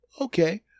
Okay